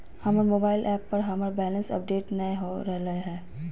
हमर mobile app पर हमर बैलेंस अपडेट नय हो रहलय हें